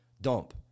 dump